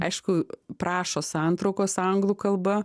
aišku prašo santraukos anglų kalba